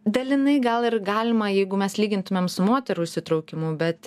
dalinai gal ir galima jeigu mes lygintumėm su moterų įsitraukimu bet